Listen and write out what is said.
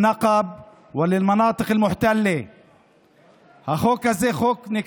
בערבית.) החוק הזה מ-2011,